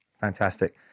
Fantastic